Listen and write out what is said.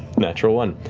natural one.